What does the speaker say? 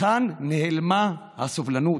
להיכן נעלמה הסובלנות?